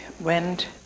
went